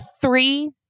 three